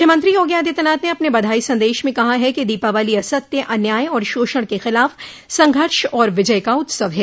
मुख्यमंत्री योगी आदित्यनाथ ने अपने बधाई संदेश में कहा है कि दोपावली असत्य अन्याय और शोषण के खिलाफ संघर्ष और विजय का उत्सव है